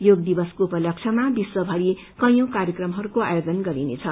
यो दिवसको उपलस्थमा विश्वभरि कैयी कार्यक्रमहस्को आयोजन गरिनेछ